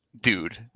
Dude